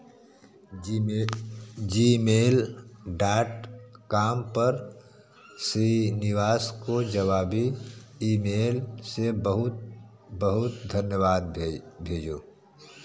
जी mail Gmail dot com पर श्रीनिवास को जवाबी ई मेल से बहुत बहुत धन्यवाद भे भेजो